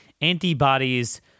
antibodies